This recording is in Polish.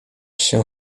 się